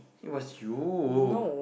it was you